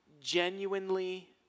genuinely